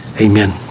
Amen